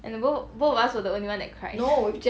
and the both both of us were the only one that cried right